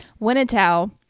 Winnetow